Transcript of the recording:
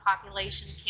population